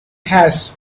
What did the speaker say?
has